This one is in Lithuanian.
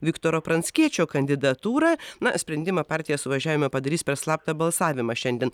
viktoro pranckiečio kandidatūrą na sprendimą partija suvažiavime padarys per slaptą balsavimą šiandien